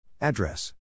Address